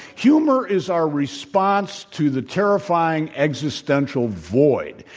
humor is our response to the terrifying existential void.